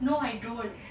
no I don't